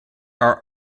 are